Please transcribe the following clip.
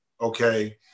okay